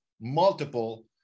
multiple